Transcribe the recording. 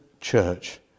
church